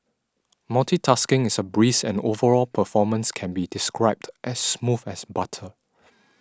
multitasking is a breeze and overall performance can be described as smooth as butter